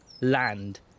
land